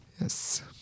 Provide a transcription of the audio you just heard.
Yes